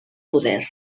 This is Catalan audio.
poder